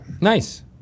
Nice